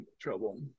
trouble